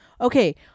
okay